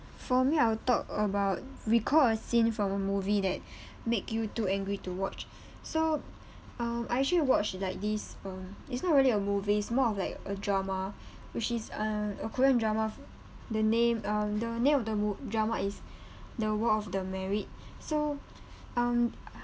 for me I will talk about recall a scene from a movie that make you too angry to watch so um I actually watched like this um it's not really a movie is more of like a drama which is uh a korean drama the name um the name of the mo~ drama is the world of the married so um